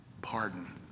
Pardon